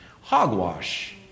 hogwash